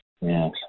Yes